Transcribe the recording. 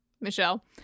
Michelle